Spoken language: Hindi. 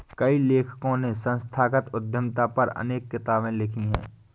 कई लेखकों ने संस्थागत उद्यमिता पर अनेक किताबे लिखी है